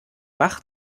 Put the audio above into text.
bach